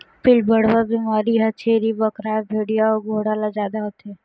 पिलबढ़वा बेमारी ह छेरी बोकराए भेड़िया अउ घोड़ा ल जादा होथे